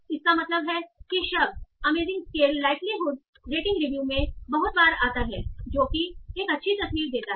इसका मतलब है कि शब्द amazing scale likelihood rating review में बहुत बार आता है जो एक अच्छी तस्वीर देता है